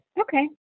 okay